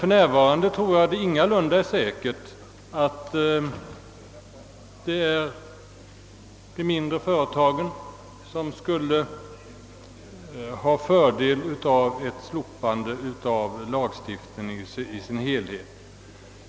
För närvarande är det enligt min uppfattning ingalunda de mindre företagen som skulle dra fördel av ett slopande av lagstiftningen i dess helhet.